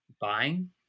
buying